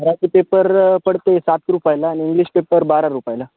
Marathi paper पडते सात रुपयाला आणि इंग्लिश पेपर बारा रुपयाला